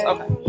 Okay